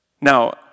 Now